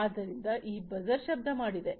ಆದ್ದರಿಂದ ಈ ಬಜರ್ ಶಬ್ದ ಮಾಡಿದೆ